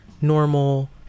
normal